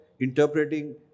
interpreting